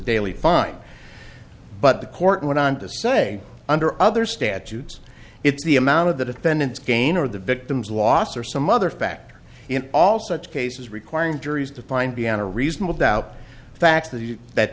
daily fine but the court went on to say under other statutes it's the amount of the defendant's gain or the victim's loss or some other factor in all such cases requiring juries to find beyond a reasonable doubt facts to you